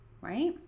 right